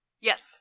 yes